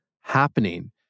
happening